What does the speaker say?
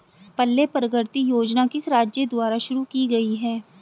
पल्ले प्रगति योजना किस राज्य द्वारा शुरू की गई है?